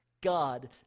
God